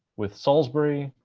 with salisbury,